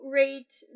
rate